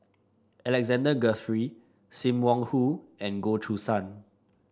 Alexander Guthrie Sim Wong Hoo and Goh Choo San